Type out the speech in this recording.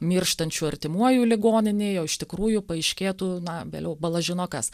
mirštančiu artimuoju ligoninėj o iš tikrųjų paaiškėtų na vėliau bala žino kas